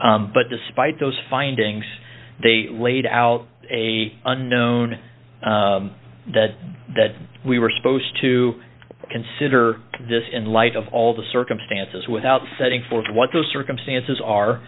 recess but despite those findings they laid out a unknown that we were supposed to consider this in light of all the circumstances without setting forth what those circumstances are